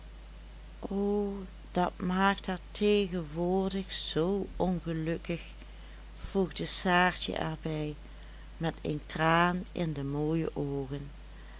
o dat maakt haar tegenwoordig zoo ongelukkig voegde saartje er bij met een traan in de mooie oogen